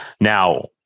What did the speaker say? Now